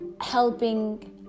helping